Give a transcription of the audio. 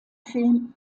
film